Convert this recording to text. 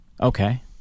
Okay